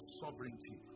sovereignty